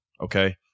okay